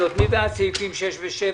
האמור בסעיף יסומן א ולאחריו יבוא סעיף ג: